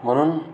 म्हणून